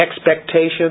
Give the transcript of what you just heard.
Expectations